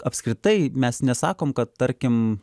apskritai mes nesakom kad tarkim